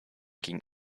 gegen